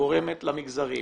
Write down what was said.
שגורמת למגזרים